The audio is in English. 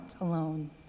alone